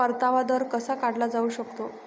परतावा दर कसा काढला जाऊ शकतो?